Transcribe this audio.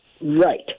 right